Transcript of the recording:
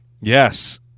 Yes